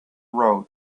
road